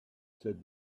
said